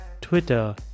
twitter